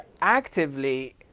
actively